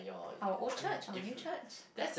our old church our new church